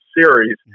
series